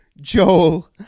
Joel